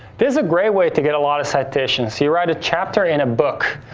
here's a great way to get a lot of citations. you write a chapter in a book.